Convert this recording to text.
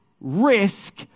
risk